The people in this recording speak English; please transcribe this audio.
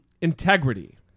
integrity